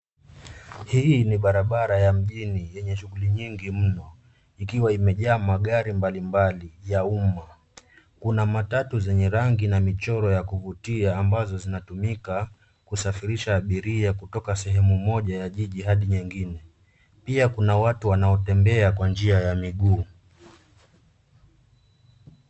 Hii ni barabara ya mjini yenye shughuli nyingi mno imiwa imejaa magari mbalimbali ya umma. Kuna matatu zenye rangi na michoro ya kuvutia ambazo zinatumika kusafirisha abiria kutoka sehemu moja hadi nyingine. Pia kuna watu wanatembea kwa njia ya miguu.